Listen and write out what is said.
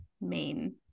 main